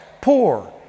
poor